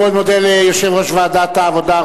אני מאוד מודה ליושב-ראש ועדת העבודה,